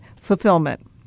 Fulfillment